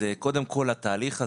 נכי צה"ל.